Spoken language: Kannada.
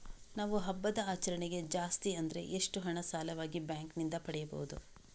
ನಾವು ಹಬ್ಬದ ಆಚರಣೆಗೆ ಜಾಸ್ತಿ ಅಂದ್ರೆ ಎಷ್ಟು ಹಣ ಸಾಲವಾಗಿ ಬ್ಯಾಂಕ್ ನಿಂದ ಪಡೆಯಬಹುದು?